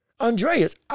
Andreas